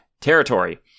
territory